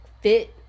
fit